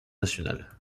nationale